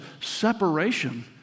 separation